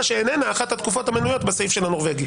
שאיננה אחת התקופות המנויות בסעיף של החוק הנורבגי.